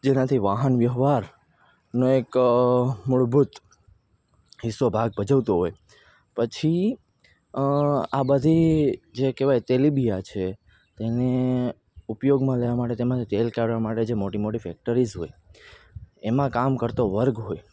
જેનાથી વાહન વ્યવહારનો એક મૂળભૂત હિસ્સો ભાગ ભજવતો હોય પછી આ બધી જે કહેવાય તેલીબિયાં છે તેને ઉપયોગમાં લેવા માટે તેમાથી તેલ કાઢવા માટે જે મોટી મોટી ફેક્ટરીઝ હોય એમાં કામ કરતો વર્ગ હોય